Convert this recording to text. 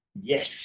Yes